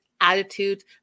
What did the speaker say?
attitudes